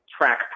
track